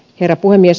herra puhemies